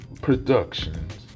Productions